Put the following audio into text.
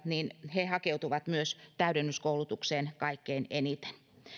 he hakeutuvat myös täydennyskoulutukseen kaikkein eniten